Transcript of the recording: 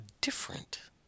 different